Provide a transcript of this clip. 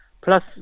plus